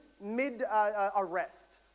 mid-arrest